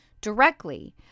directly